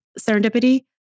serendipity